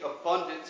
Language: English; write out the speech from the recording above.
abundance